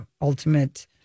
ultimate